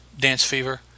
DanceFever